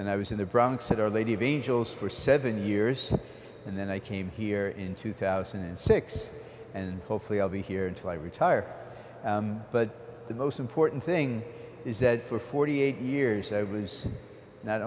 and i was in the bronx at our lady of angels for seven years and then i came here in two thousand and six and hopefully i'll be here until i retire but the most important thing is that for forty eight years i was not